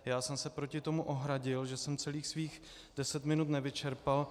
Já jsem se proti tomu ohradil, že jsem celých svých deset minut nevyčerpal.